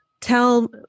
tell